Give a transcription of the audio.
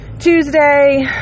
Tuesday